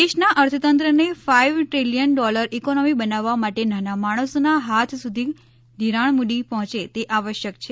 દેશના અર્થતંત્રને five trillion dollar economy બનાવવા માટે નાના માણસોના હાથ સુધી ઘિરાણ મુડી પહોચે તે આવશ્યક છે